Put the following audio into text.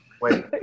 Wait